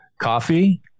coffee